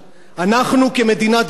אנחנו, כמדינה דמוקרטית,